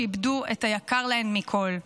להושיט יד לארוסות שאיבדו את היקר להן מכול.